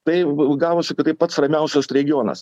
tai gavosi kad tai pats ramiausias regionas